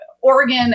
Oregon